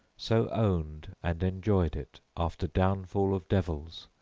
so owned and enjoyed it after downfall of devils,